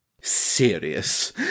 Serious